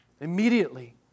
Immediately